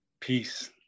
Peace